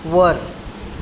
वर